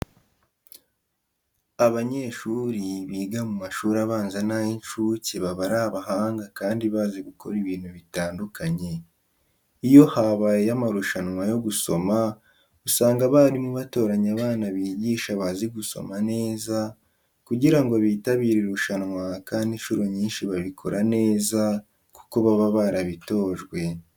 Abanyeshuri biga mu mashuri abanza n'ay'incuke baba ari abahanga kandi bazi gukora ibintu bitandukanye. Iyo habaye amarushanwa yo gusomo usanga abarimu batoranya abana bigisha bazi gusoma neza kugira ngo bitabire irushanwa kandi inshuro nyinshi babikora neza kuko baba barabitojwe.